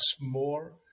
more